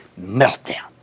meltdown